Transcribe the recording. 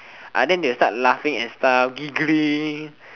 then they will start laughing and stuff giggling